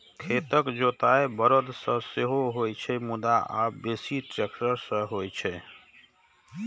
खेतक जोताइ बरद सं सेहो होइ छै, मुदा आब बेसी ट्रैक्टर सं होइ छै